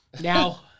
Now